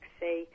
say